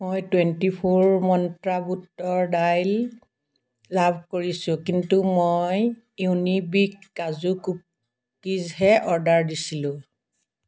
মই twenty four Myntra বুটৰ দাইল লাভ কৰিছোঁ কিন্তু মই ইউনিবিক কাজু কুকিজহে অৰ্ডাৰ দিছিলোঁ